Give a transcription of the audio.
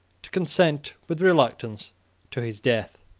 to consent with reluctance to his death.